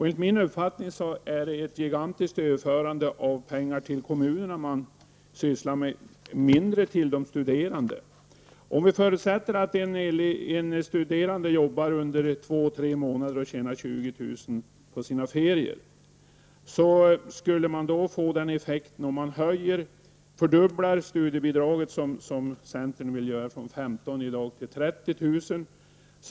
Enligt min uppfattning är det ett gigantiskt överförande av pengar främst till kommunerna, och mindre till de studerande. Vi förutsätter att en studerande jobbar två till tre månader på sina ferier och tjänar 20 000 kr. Om vi fördubblar studiebidragen, som centern vill göra, från 15 000 till 30 000 kr.